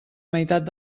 meitat